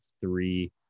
three